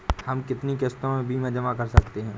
हम कितनी किश्तों में बीमा जमा कर सकते हैं?